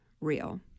real